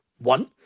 One